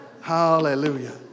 hallelujah